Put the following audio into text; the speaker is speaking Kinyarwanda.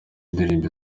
indirimbo